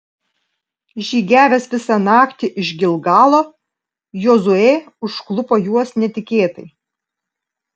žygiavęs visą naktį iš gilgalo jozuė užklupo juos netikėtai